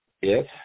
Yes